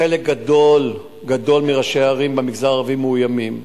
חלק גדול מראשי הערים במגזר הערבי מאוימים.